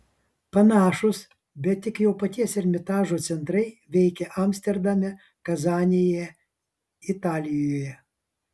panašūs bet tik jau paties ermitažo centrai veikia amsterdame kazanėje italijoje